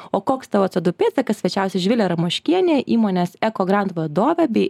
o koks tavo c du pėdsakas svečiavosi živilė ramoškienė įmonės ekogrant vadovė bei